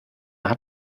hat